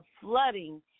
flooding